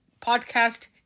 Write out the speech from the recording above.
podcast